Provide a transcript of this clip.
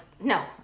No